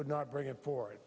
would not bring it for